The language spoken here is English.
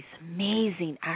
amazing